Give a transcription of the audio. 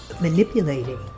manipulating